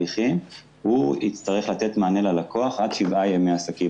הוא יצטרך לתת מענה ללקוח תוך עד שבעה ימי עסקים.